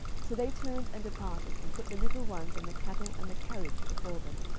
so they turned and departed, and put the little ones and the cattle and the carriage before them.